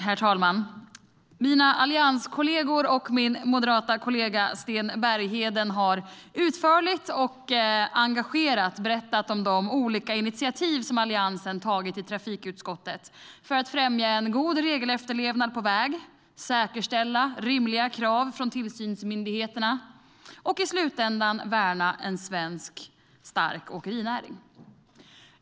Herr talman! Mina allianskollegor och min moderata kollega Sten Bergheden har utförligt och engagerat berättat om de olika initiativ som Alliansen tagit i trafikutskottet för att främja en god regelefterlevnad på väg, säkerställa rimliga krav från tillsynsmyndigheterna och i slutändan värna en stark svensk åkerinäring.